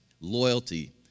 Loyalty